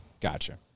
Gotcha